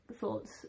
thoughts